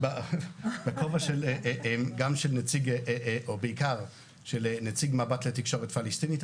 בכובע גם של נציג או בעיקר של נציג מבט לתקשורת פלסטינית,